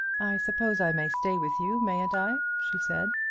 i suppose i may stay with you, mayn't i? she said.